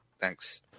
Thanks